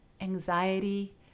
anxiety